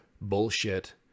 bullshit